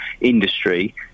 industry